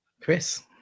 Chris